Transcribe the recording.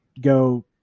go